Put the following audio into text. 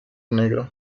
negro